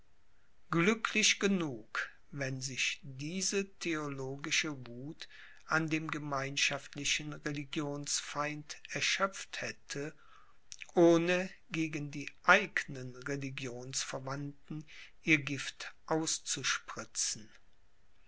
glücklich genug wenn sich diese theologische wuth an dem gemeinschaftlichen religionsfeind erschöpft hätte ohne gegen die eignen religionsverwandten ihr gift